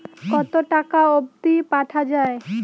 কতো টাকা অবধি পাঠা য়ায়?